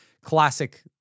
classic